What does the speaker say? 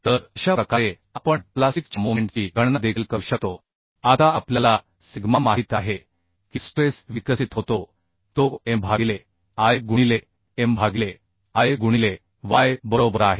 तर अशा प्रकारे आपण प्लास्टिकच्या मोमेंट ची गणना देखील करू शकतो आता आपल्याला सिग्मा माहित आहे की स्ट्रेस विकसित होतो तो M भागिले I गुणिले M भागिले I गुणिले y बरोबर आहे